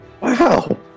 Wow